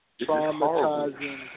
Traumatizing